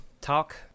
talk